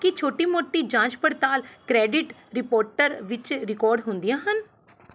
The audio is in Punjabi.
ਕੀ ਛੋਟੀ ਮੋਟੀ ਜਾਂਚ ਪੜਤਾਲ ਕਰੈਡਿਟ ਰਿਪੋਰਟਰ ਵਿੱਚ ਰਿਕਾਰਡ ਹੁੰਦੀਆਂ ਹਨ